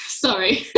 Sorry